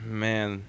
man